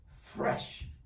fresh